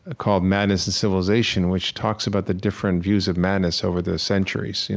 ah called madness in civilization which talks about the different views of madness over the centuries,